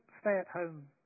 stay-at-home